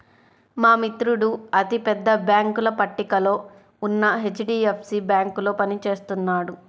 మా మిత్రుడు అతి పెద్ద బ్యేంకుల పట్టికలో ఉన్న హెచ్.డీ.ఎఫ్.సీ బ్యేంకులో పని చేస్తున్నాడు